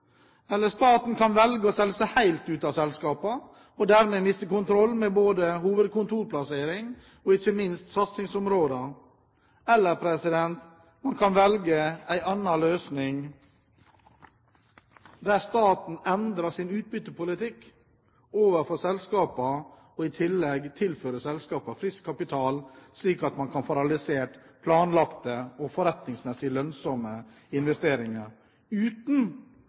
Staten kan velge å selge seg helt ut av selskapene, og dermed miste kontrollen med både hovedkontorplassering og ikke minst satsingsområdene, eller man kan velge en annen løsning der staten endrer sin utbyttepolitikk overfor selskapene og i tillegg tilfører selskapene frisk kapital, slik at man kan få realisert planlagte og forretningsmessige lønnsomme investeringer uten